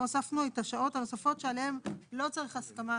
פה הוספנו את השעות הנוספות שעליהן לא צריך הסכמה,